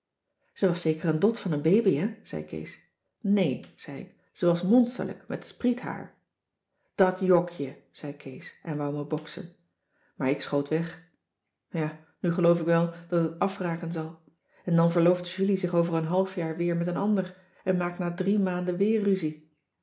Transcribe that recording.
was zeker een dot van een baby hè zei kees nee zei ik ze was monsterlijk met spriethaar dat jok je zei kees en wou me boksen maar ik schoot weg ja nu geloof ik wel dat het afraken zal en dan verlooft julie zich over een half jaar weer met een ander en maakt na drie maanden weer ruzie